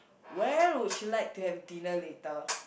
where would you like to have dinner later